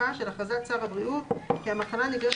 תוקפה של הכרזת שר הבריאות כי המחלה הנגרמת על ידי